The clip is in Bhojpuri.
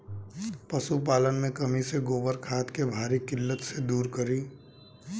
पशुपालन मे कमी से गोबर खाद के भारी किल्लत के दुरी करी?